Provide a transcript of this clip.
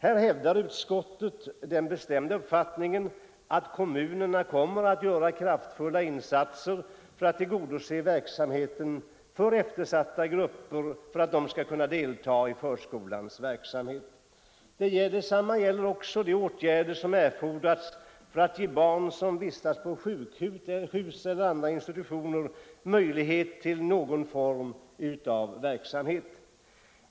Här hävdar utskottet den bestämda uppfattningen att kommunerna kommer att göra kraftfulla insatser för att tillgodose verksamheten för eftersatta grupper så att de skall kunna delta i förskoleverksamhet. Detsamma gäller de åtgärder som erfordras för att ge barn som vistas på sjukhus eller andra institutioner möjlighet till någon form av verksamhet.